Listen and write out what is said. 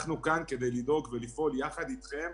אנחנו כאן כדי לדאוג ולפעול יחד אתכם,